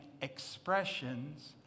expressions